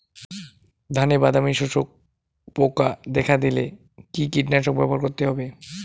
ধানে বাদামি শোষক পোকা দেখা দিলে কি কীটনাশক ব্যবহার করতে হবে?